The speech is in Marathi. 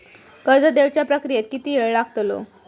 कर्ज देवच्या प्रक्रियेत किती येळ लागतलो?